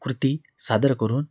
कृती सादर करून